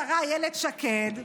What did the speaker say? השרה אילת שקד,